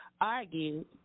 argued